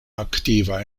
aktiva